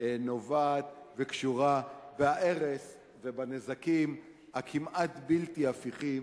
נובעת וקשורה בהרס ובנזקים הכמעט בלתי הפיכים